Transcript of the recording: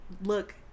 look